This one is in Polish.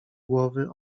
głowy